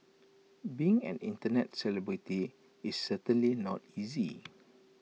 being an Internet celebrity is certainly not easy